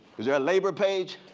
is there a labor page?